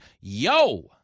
Yo